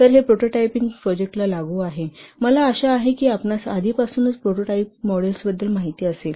तर हे प्रोटोटाइपिंग प्रोजेक्टना लागू आहे मला आशा आहे की आपणास आधीपासूनच प्रोटोटाइप मॉडेल्सबद्दल माहिती असेल